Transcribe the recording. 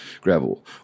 gravel